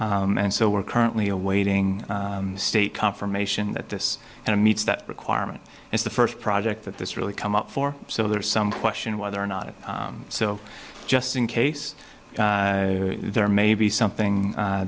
and so we're currently awaiting the state confirmation that this and it meets that requirement is the first project that this really come up for so there is some question whether or not it so just in case there may be something